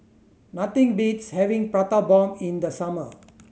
nothing beats having Prata Bomb in the summer